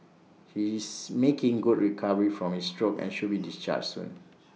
he's making good recovery from his stroke and should be discharged soon